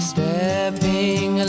Stepping